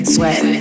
Sweat